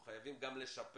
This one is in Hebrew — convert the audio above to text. אז תגידי לי מה המצב